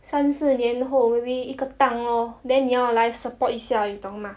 三四年后 maybe 一个档 orh then 你要来 support 一下你懂 mah